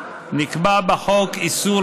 נקבע בחוק איסור